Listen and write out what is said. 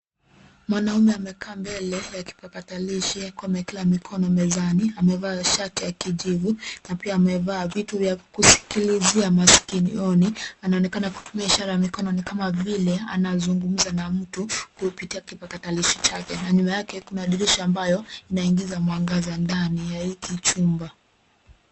Mwanaume amekaa mbele ya kipakatalishi, akiwa amewekelea mikono mezani. Amevaa shati ya kijivu na pia amevaa vitu vya kusikilizia masikioni. Anaonekana kutumia ishara ya mkono ni kama vile anazungumza na mtu kupitia kipakatalishi chake. Na nyuma yake, kuna dirisha ambayo inaingiza mwangaza ndani ya hiki chumba.